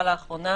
לאחרונה.